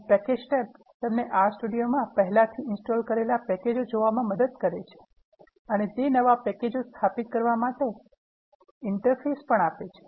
અને Packages tab તમને R Studio મા પહેલાથી ઇન્સ્ટોલ કરેલા પેકેજો જોવા માટે મદદ કરે છે અને તે નવા પેકેજો સ્થાપિત કરવા માટે ઇન્ટરફેસ પણ આપે છે